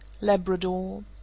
Labrador